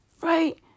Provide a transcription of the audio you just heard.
Right